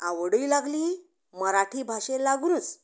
आवडूय लागली मराठी भाशे लागुनूच